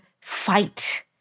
fight